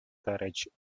carriage